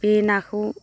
बे नाखौ